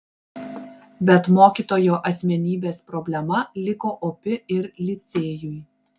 bet mokytojo asmenybės problema liko opi ir licėjui